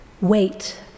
wait